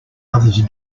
others